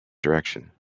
direction